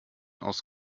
aus